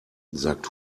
sagt